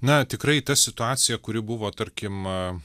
na tikrai ta situacija kuri buvo tarkim